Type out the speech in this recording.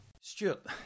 Stuart